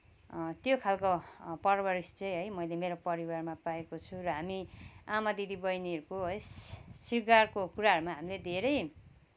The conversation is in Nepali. त्यो खालको परवरिश चाहिँ है मैले मेरो परिवारमा पाएको छु र हामी आमा दिदी बहिनीहरूको है सी शृङ्गार कुराहरूमा हामीले धेरै